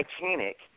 Titanic